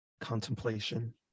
contemplation